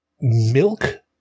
Milk